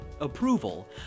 approval